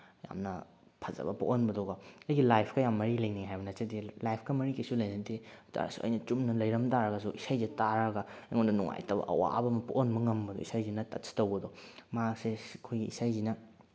ꯌꯥꯝꯅ ꯐꯖꯕ ꯄꯣꯛꯍꯟꯕꯗꯣꯀꯣ ꯑꯩꯒꯤ ꯂꯥꯏꯞꯀ ꯌꯥꯝ ꯃꯔꯤ ꯂꯩꯅꯩ ꯍꯥꯏꯕ ꯅꯠꯆꯗꯦ ꯂꯥꯏꯞꯀ ꯃꯔꯤ ꯀꯩꯁꯨ ꯂꯩꯅꯗꯦ ꯑꯗꯨ ꯑꯣꯏ ꯇꯥꯔꯁꯨ ꯑꯩꯅ ꯆꯨꯝꯅ ꯂꯩꯔꯝ ꯇꯥꯔꯒꯁꯨ ꯏꯁꯩꯁꯦ ꯇꯥꯔꯒ ꯑꯩꯉꯣꯟꯗ ꯅꯨꯡꯉꯥꯏꯇꯕ ꯑꯋꯥꯕ ꯑꯃ ꯄꯣꯛꯍꯟꯕ ꯉꯝꯕꯗꯣ ꯏꯁꯩꯁꯤꯅ ꯇꯠꯁ ꯇꯧꯕꯗꯣ ꯃꯍꯥꯛꯁꯦ ꯑꯩꯈꯣꯏꯒꯤ ꯏꯁꯩꯁꯤꯅ